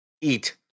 eat